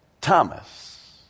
Thomas